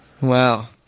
Wow